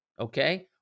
okay